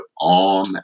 on